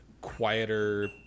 quieter